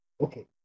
Okay